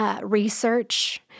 Research